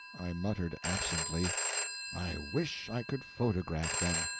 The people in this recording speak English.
i muttered absently i wish i could photograph them!